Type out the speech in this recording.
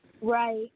Right